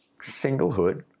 singlehood